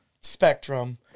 spectrum